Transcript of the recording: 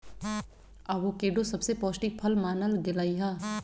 avocado सबसे पौष्टिक फल मानल गेलई ह